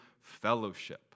fellowship